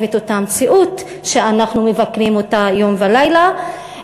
את אותה מציאות שאנחנו מבקרים יום ולילה,